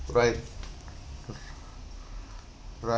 right right